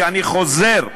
שאני חוזר,